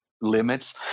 limits